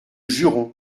juron